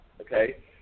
okay